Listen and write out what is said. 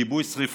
כיבוי שרפות.